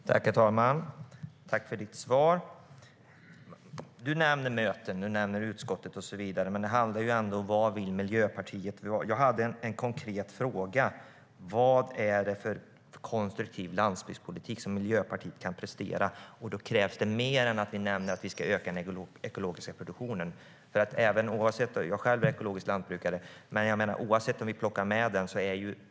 STYLEREF Kantrubrik \* MERGEFORMAT LandsbygdspolitikJag ställde en konkret fråga: Vad är det för konstruktiv landsbygdspolitik som Miljöpartiet kan prestera? Då krävs det mer än att ni nämner att ni ska öka den ekologiska produktionen. Jag är själv ekologisk lantbrukare, men detta gäller oavsett om vi plockar med den produktionen.